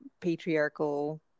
patriarchal